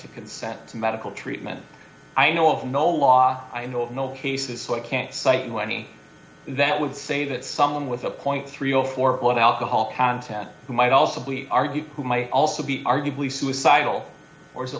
to consent to medical treatment i know of no law i know of no cases so i can't cite you any that would say that someone with a point three hundred and four or the alcohol content who might also be argued who might also be arguably suicidal or